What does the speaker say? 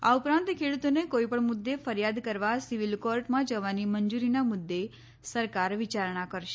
આ ઉપરાંત ખેડૂતોને કોઈપણ મુદ્દે ફરિયાદ કરવા સીવીલ કોર્ટમાં જવાની મંજુરીના મુદ્દે સરકાર વિચારણા કરશે